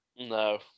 no